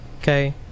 Okay